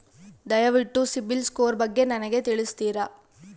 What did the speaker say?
ದಯವಿಟ್ಟು ಸಿಬಿಲ್ ಸ್ಕೋರ್ ಬಗ್ಗೆ ನನಗೆ ತಿಳಿಸ್ತೀರಾ?